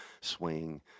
swing